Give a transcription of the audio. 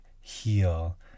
heal